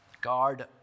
Guard